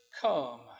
come